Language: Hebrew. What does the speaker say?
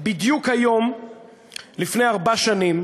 בדיוק היום לפני ארבע שנים